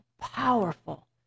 powerful